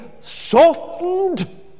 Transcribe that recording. softened